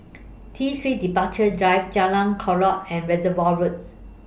T three Departure Drive Jalan Chorak and Reservoir Road